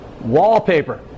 wallpaper